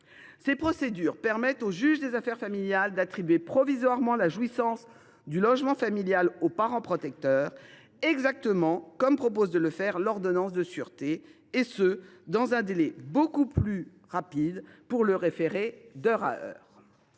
Ces procédures permettent au juge aux affaires familiales d’attribuer provisoirement la jouissance du logement familial au parent protecteur, exactement comme il est proposé de le faire au travers de cette ordonnance de sûreté, et ce dans un délai beaucoup plus rapide, avec le référé d’heure à heure.